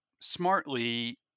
smartly